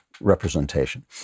representation